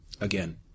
Again